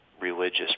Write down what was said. religious